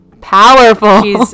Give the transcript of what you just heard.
powerful